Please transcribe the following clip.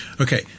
Okay